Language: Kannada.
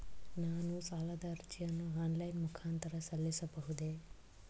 ನಾನು ಸಾಲದ ಅರ್ಜಿಯನ್ನು ಆನ್ಲೈನ್ ಮುಖಾಂತರ ಸಲ್ಲಿಸಬಹುದೇ?